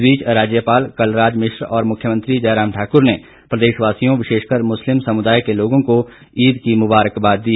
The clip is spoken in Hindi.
इस बीच राज्यपाल कलराज मिश्र और मुख्यमंत्री जयराम ठाकुर ने प्रदेशवासियों विशेषकर मुस्लिम समुदाय के लोगों को ईद की मुबारकबाद दी